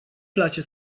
place